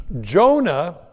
Jonah